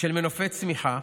של מנופי צמיחה,